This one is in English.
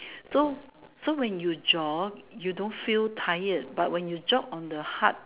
so so when you jog you don't feel tired but when you jog on the hard